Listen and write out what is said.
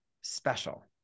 special